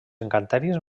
encanteris